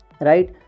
right